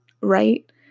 right